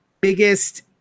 biggest